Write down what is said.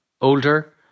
older